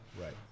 Right